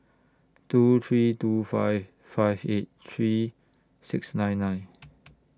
two three two five five eight three six nine nine